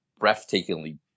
breathtakingly